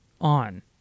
on